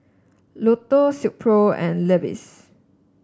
Lotto Silkpro and Levi's